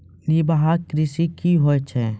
निवाहक कृषि क्या हैं?